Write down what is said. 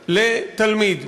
29,000 לתלמיד.